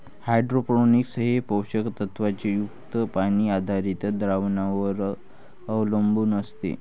hydroponics हे पोषक तत्वांनी युक्त पाणी आधारित द्रावणांवर अवलंबून असते